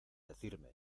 decirme